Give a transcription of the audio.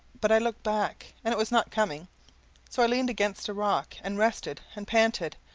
but i looked back, and it was not coming so i leaned against a rock and rested and panted,